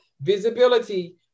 visibility